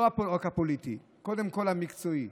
לא רק הפוליטי, קודם כול המקצועי.